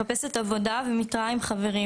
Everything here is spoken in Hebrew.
מחפש עבודה ומתראה על חברים,